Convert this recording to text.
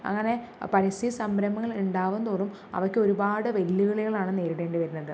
അങ്ങനെ പരിസ്ഥിതി സംരംഭങ്ങൾ ഉണ്ടാവും തോറും അവയ്ക്ക് ഒരുപാട് വെല്ലുവിളികളാണ് നേരിടേണ്ടി വരുന്നത്